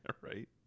right